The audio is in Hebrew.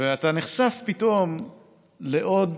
ואתה נחשף פתאום לעוד